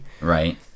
Right